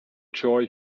joy